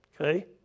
okay